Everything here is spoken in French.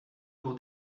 pour